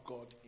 God